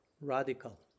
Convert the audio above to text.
radical